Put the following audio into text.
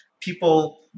People